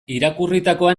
irakurritakoa